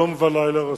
יום ולילה רצוף.